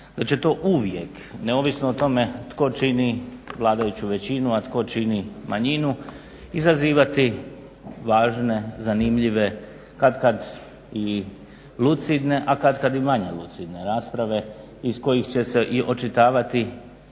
da će to uvijek neovisno o tome tko čini vladajuću većinu, a tko čini manjinu izazivati važne, zanimljive, katkad i lucidne, a katkad i manje lucidne rasprave iz kojih će se i očitavati